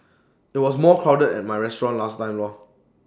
IT was more crowded at my restaurant last time lor